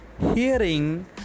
Hearing